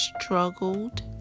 struggled